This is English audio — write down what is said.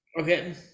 Okay